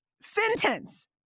sentence